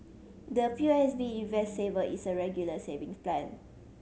the P O S B Invest Saver is a Regular Saving Plan